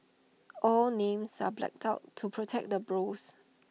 all names are blacked out to protect the bros